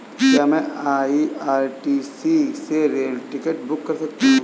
क्या मैं आई.आर.सी.टी.सी से रेल टिकट बुक कर सकता हूँ?